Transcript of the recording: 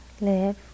live